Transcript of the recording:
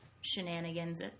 shenanigans